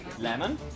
Lemon